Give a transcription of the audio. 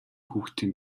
хүүхдийн